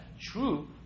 True